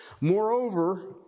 Moreover